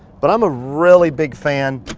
but i'm a really big fan